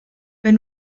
wenn